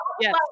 Yes